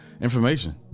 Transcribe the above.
information